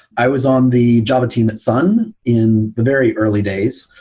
i was on the java team at sun in the very early days.